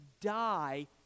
die